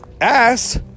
ass